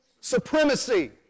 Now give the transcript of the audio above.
supremacy